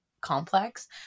complex